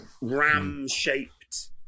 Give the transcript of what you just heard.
Ram-shaped